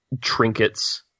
trinkets